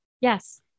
yes